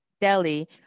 Delhi